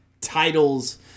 titles